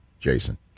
Jason